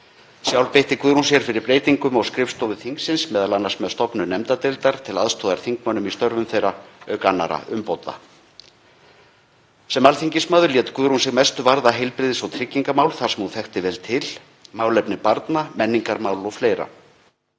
Sjálf beitti Guðrún sér fyrir breytingum á skrifstofu þingsins, m.a. með stofnun nefndadeildar til aðstoðar þingmönnum í störfum þeirra, auk annarra umbóta. Sem alþingismaður lét Guðrún sig mestu varða heilbrigðis- og tryggingamál, þar sem hún þekkti vel til, málefni barna, menningarmál og fleira.